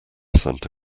santa